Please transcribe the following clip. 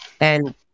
and-